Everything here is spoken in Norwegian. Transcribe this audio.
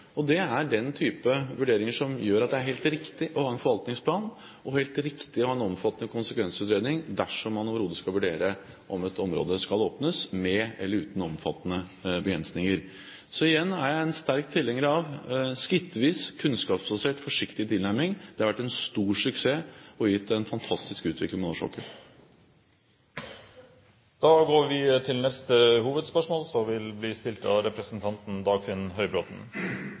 Det er den type vurderinger som gjør at det er helt riktig å ha en forvaltningsplan, og som gjør det helt riktig å ha en omfattende konsekvensutredning, dersom man overhodet skal vurdere om et område skal åpnes, med eller uten omfattende begrensninger. Så igjen er jeg en sterk tilhenger av en skrittvis, kunnskapsbasert og forsiktig tilnærming. Det har vært en stor suksess og har gitt en fantastisk utvikling på norsk sokkel. Vi går til neste hovedspørsmål.